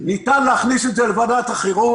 ניתן להכניס את זה לוועדת החירום.